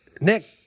Nick